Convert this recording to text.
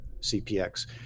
CPX